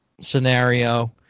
scenario